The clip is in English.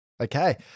Okay